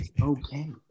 okay